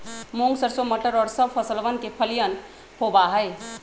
मूंग, सरसों, मटर और सब फसलवन के फलियन होबा हई